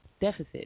deficit